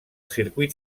circuit